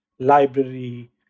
library